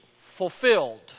fulfilled